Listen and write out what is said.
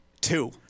Two